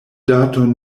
daton